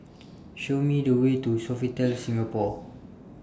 Show Me The Way to Sofitel Singapore